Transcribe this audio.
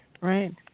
right